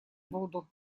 буду